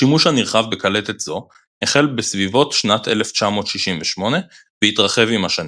השימוש הנרחב בקלטת זו החל בסביבות שנת 1968 והתרחב עם השנים.